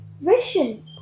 Vision